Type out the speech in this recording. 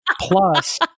Plus